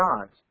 God's